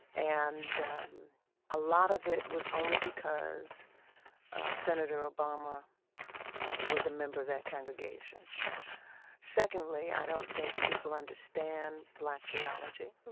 and um a lot of it was only because senator obama was a member of that congregation secondly, i don't think people understand black theology